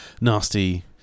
nasty